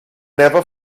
never